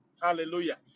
Hallelujah